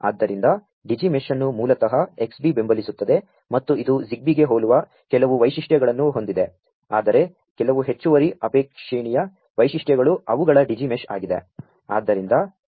ಆದ್ದರಿಂ ದ Digi mesh ಅನ್ನು ಮೂ ಲತಃ ಎಕ್ಸ್ಬೀ ಬೆಂ ಬಲಿಸು ತ್ತದೆ ಮತ್ತು ಇದು Zigbeeಗೆ ಹೋ ಲು ವ ಕೆಲವು ವೈ ಶಿಷ್ಟ್ಯ ಗಳನ್ನು ಹೊಂ ದಿದೆ ಆದರೆ ಕೆಲವು ಹೆಚ್ಚು ವರಿ ಅಪೇ ಕ್ಷಣೀ ಯ ವೈ ಶಿಷ್ಟ್ಯ ಗಳು ಅವು ಗಳ Digi mesh ಆಗಿದೆ